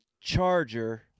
Charger